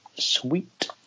sweet